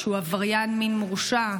שהוא עבריין מין מורשע,